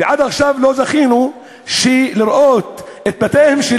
ועד עכשיו לא זכינו לראות שבתיהם של